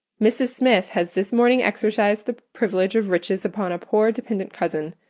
mrs. smith has this morning exercised the privilege of riches upon a poor dependent cousin,